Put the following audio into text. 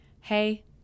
hey